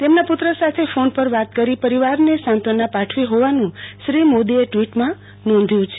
તેમના પુત્ર સાથે ફોન પર વાત કરી પરિવાર ને સાંત્વના પાઠવી હોવાનું શ્રી મોદી એ ટ્વિટ માં નોંધ્યું છે